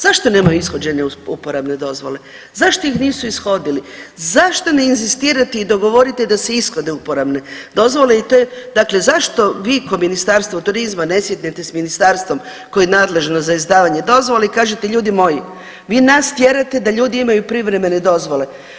Zašto nema ishođene uporabne dozvole, zašto ih nisu ishodili, zašto ne inzistirate i dogovorite da se ishode uporabne dozvole i to je, dakle zašto vi ko Ministarstvo turizma ne sjednete s ministarstvom koje je nadležno za izdavanje dozvola i kažete ljudi moji vi nas tjerate da ljudi imaju privremene dozvole.